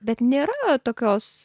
bet nėra tokios